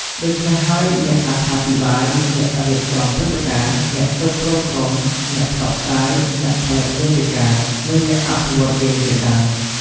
ដូច្នេះហើយ អ្នកអត្ថាធិប្បាយ អ្នករៀបចំព្រឹត្តិការណ៍ អ្នកគ្រប់គ្រងក្រុម អ្នកផ្សព្វផ្សាយ អ្នកផលិតមាតិកា និងអ្នកអភិវឌ្ឍន៍ហ្គេមជាដើម។